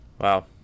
Wow